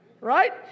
right